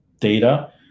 data